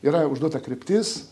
yra užduota kryptis